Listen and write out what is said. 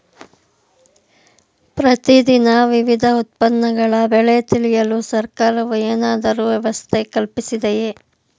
ಪ್ರತಿ ದಿನ ವಿವಿಧ ಉತ್ಪನ್ನಗಳ ಬೆಲೆ ತಿಳಿಯಲು ಸರ್ಕಾರವು ಏನಾದರೂ ವ್ಯವಸ್ಥೆ ಕಲ್ಪಿಸಿದೆಯೇ?